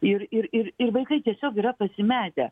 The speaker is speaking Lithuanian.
ir ir ir ir vaikai tiesiog yra pasimetę